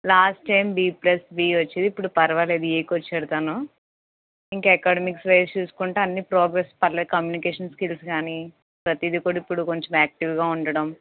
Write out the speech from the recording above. last time B plus B వచ్చేది ఇప్పుడు పర్వాలేదు ఏకు వచ్చాడు తను ఇంకాఅకాడెమిక్స్ వైస్ చూసుకుంటే అన్నీ ప్రోగ్రెస్ పర్వాలేదు కమ్యూనికేషన్ స్కిల్స్ కానీ ప్రతిది కూడా ఇప్పుడు కొంచెం యాక్టివ్గా ఉండడం